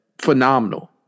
phenomenal